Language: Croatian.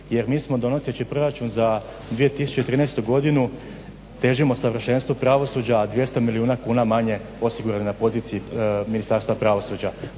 jer mi smo donoseći proračun za 2013. godinu težimo savršenstvu pravosuđa, a 200 milijuna kuna manje osigurana na poziciji Ministarstva pravosuđa,